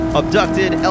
Abducted